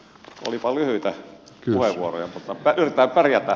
olipa lyhyitä puheenvuoroja mutta yritetään pärjätä